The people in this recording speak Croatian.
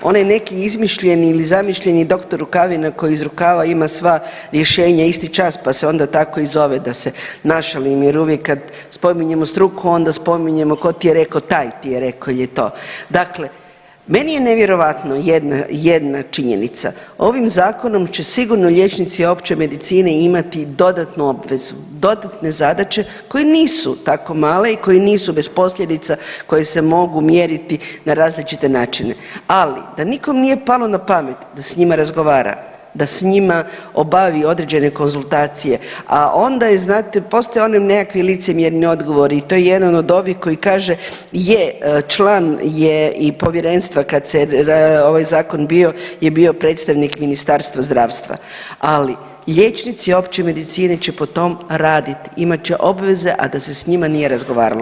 Onaj neki izmišljeni ili zamišljeni dr. Rukavina koji iz rukava ima sva rješenja isti čas pa se onda tako i zove da se našalim jer uvijek kad spominjemo struku onda spominjemo ko ti je reko, taj ti je reko … [[Govornik se ne razumije]] Dakle, meni je nevjerojatno jedna, jedna činjenica, ovim zakonom će sigurno liječnici opće medicine imati dodatnu obvezu, dodatne zadaće koje nisu tako male i koje nisu bez posljedica, koje se mogu mjeriti na različite načine, ali da nikom nije palo na pamet da s njima razgovara, da s njima obavi određene konzultacije, a onda je znate, postoje oni nekakvi licemjerni odgovori i to je jedan od ovih koji kaže je član je i povjerenstva kad se ovaj zakon bio, je bio predstavnik ministarstva zdravstva, ali liječnici opće medicine će po tom radit, imat će obveze, a da se s njima nije razgovaralo.